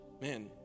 Man